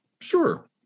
Sure